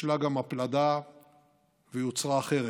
חושלה גם הפלדה ויוצרה החרב.